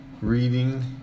reading